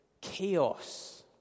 chaos